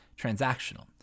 transactional